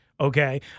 okay